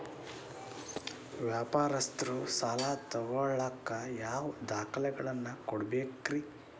ವ್ಯಾಪಾರಸ್ಥರು ಸಾಲ ತಗೋಳಾಕ್ ಯಾವ ದಾಖಲೆಗಳನ್ನ ಕೊಡಬೇಕ್ರಿ?